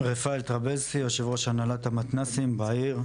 רפאל טרבלסי, יו"ר הנהלת המתנ"סים בעיר.